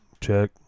check